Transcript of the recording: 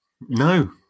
no